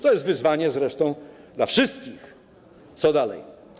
To jest wyzwanie, zresztą dla wszystkich - co dalej.